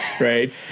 right